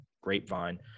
Grapevine